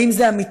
האם זה אמיתי?